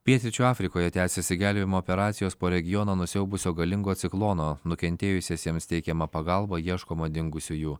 pietryčių afrikoje tęsiasi gelbėjimo operacijos po regioną nusiaubusio galingo ciklono nukentėjusiesiems teikiama pagalba ieškoma dingusiųjų